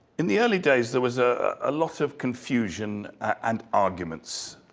in the early days, there was a ah lot of confusion and arguments.